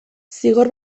zigor